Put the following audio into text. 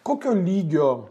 kokio lygio